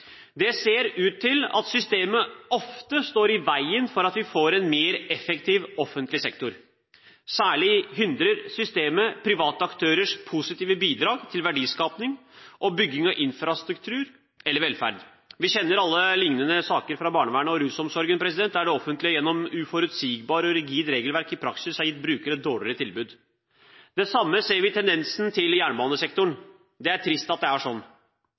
Det ser ut til at systemet ofte står i veien for at vi får en mer effektiv offentlig sektor. Særlig hindrer systemet private aktørers positive bidrag til verdiskaping og bygging av infrastruktur eller velferd. Vi kjenner alle liknende saker fra barnevernet og rusomsorgen, der det offentlige gjennom uforutsigbart og rigid regelverk i praksis har gitt brukerne et dårligere tilbud. Det samme ser vi tendensen til i jernbanesektoren. Det er trist at det er sånn.